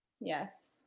yes